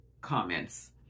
comments